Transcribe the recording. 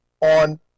on